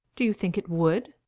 do you think it would?